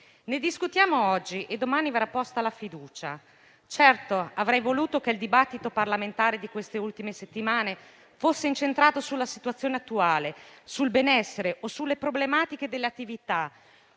Ne discutiamo oggi e domani verrà posta la fiducia. Certo, avrei voluto che il dibattito parlamentare di queste ultime settimane fosse incentrato sulla situazione attuale, sul benessere o sulle problematiche delle attività